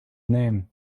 name